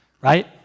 right